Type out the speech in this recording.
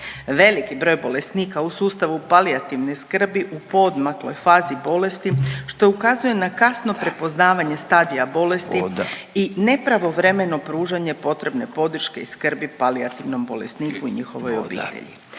Velik je broj bolesnika u sustavu palijativne skrbi u poodmakloj fazi bolesti, što ukazuje na kasno prepoznavanje stadija bolesti i nepravovremeno pružanje potrebne podrške i skrbi palijativnom bolesniku i njihovoj obitelji.